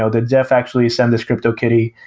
so did jeff actually send this cryptokitty?